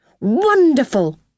Wonderful